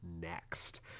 next